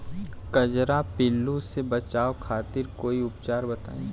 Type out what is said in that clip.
कजरा पिल्लू से बचाव खातिर कोई उपचार बताई?